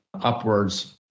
upwards